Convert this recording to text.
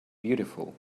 beautiful